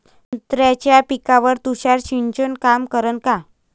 संत्र्याच्या पिकावर तुषार सिंचन काम करन का?